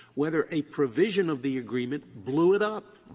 whether a provision of the agreement blew it up.